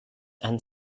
and